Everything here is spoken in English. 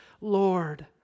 Lord